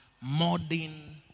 modern